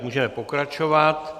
Můžeme pokračovat.